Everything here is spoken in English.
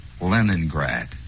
Leningrad